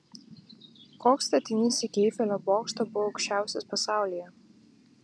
koks statinys iki eifelio bokšto buvo aukščiausias pasaulyje